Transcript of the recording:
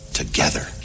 together